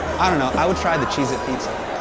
i dunno, i would try the cheez-it pizza.